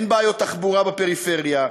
אין בעיות תחבורה בפריפריה,